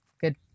good